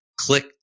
click